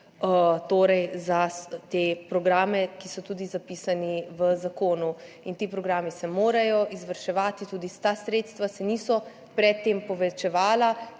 za te programe, ki so tudi zapisani v zakonu, in ti programi se morajo izvrševati. Tudi ta sredstva se niso pred tem povečevala,